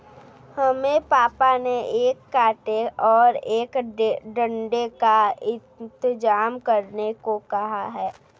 हमें पापा ने एक कांटे और एक डंडे का इंतजाम करने को कहा है